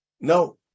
No